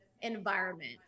environment